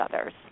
other's